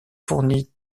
fourni